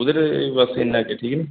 ਉਹਦੇ ਲਈ ਬਸ ਇੰਨਾ ਕੁ ਹੈ ਠੀਕ ਨਹੀਂ